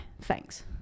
Thanks